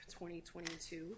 2022